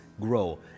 grow